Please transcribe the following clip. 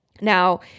Now